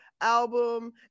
album